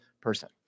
person